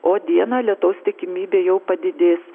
o dieną lietaus tikimybė jau padidės